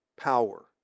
power